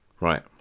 right